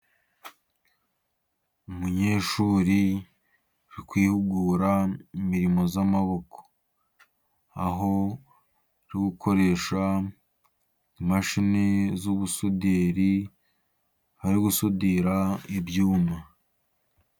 Umunyeshuri uri kwihugura imirimo y'amaboko, aho ari gukoresha imashini z'ubusuderi ari gusudira ibyuma.